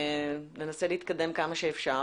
ננסה להתקדם כמה שאפשר